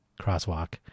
crosswalk